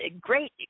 great